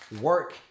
work